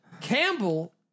Campbell